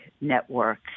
network